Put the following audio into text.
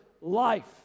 life